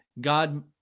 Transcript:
God